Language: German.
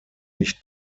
nicht